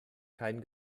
keinen